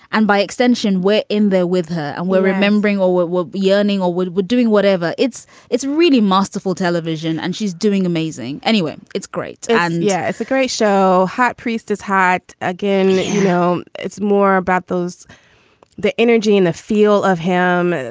and by extension, we're in there with her and we're remembering, well, what we'll be earning or what we're doing, whatever. it's it's really masterful television and she's doing amazing anyway it's great. and yeah, it's a great show. hot priest is hot again. you know, it's more about those the energy and the feel of him.